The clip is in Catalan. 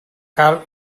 cal